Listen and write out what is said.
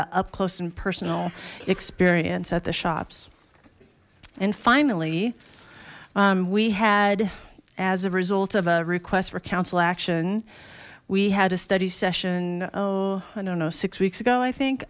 an up close and personal experience at the shops and finally we had as a result of a request for council action we had a study session oh i don't know six weeks ago i think